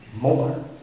more